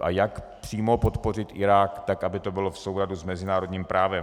a jak přímo podpořit Irák tak, aby to bylo v souladu s mezinárodním právem.